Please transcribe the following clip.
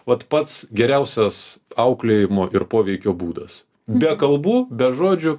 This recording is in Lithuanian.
vat pats geriausias auklėjimo ir poveikio būdas be kalbų be žodžių